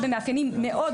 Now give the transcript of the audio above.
בסדר גמור.